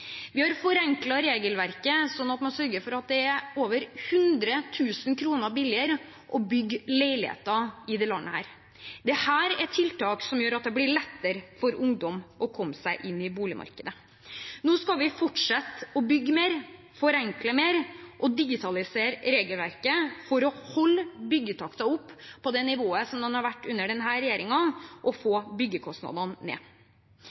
Vi har forenklet regelverket, slik at man sørger for at det er over 100 000 kr billigere å bygge leiligheter i dette landet. Dette er tiltak som gjør at det blir lettere for ungdom å komme seg inn på boligmarkedet. Nå skal vi fortsette å bygge mer, forenkle mer og digitalisere regelverket for å holde byggetakten oppe på det nivået som har vært under denne regjeringen, og få byggekostnadene ned.